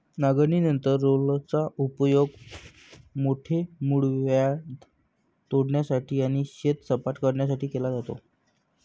नांगरणीनंतर रोलरचा उपयोग मोठे मूळव्याध तोडण्यासाठी आणि शेत सपाट करण्यासाठी केला जातो